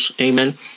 amen